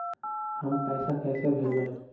हम पैसा कईसे भेजबई?